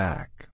Back